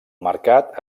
mercat